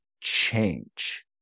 change